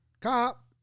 cop